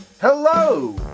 Hello